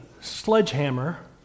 sledgehammer